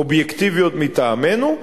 אובייקטיביות מטעמנו,